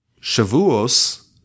Shavuos